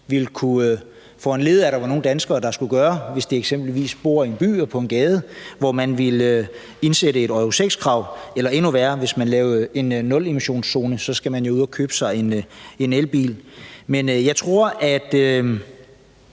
vil kunne foranledige at nogle danskere skulle gøre, hvis de eksempelvis bor i en by eller på en gade, hvor man indsætter et Euro 6-krav eller endnu værre laver en nulemissionszone, for så skal man jo ud og købe sig en elbil. Men jeg tror, at